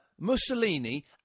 Mussolini